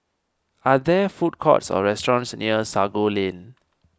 are there food courts or restaurants near Sago Lane